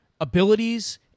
abilities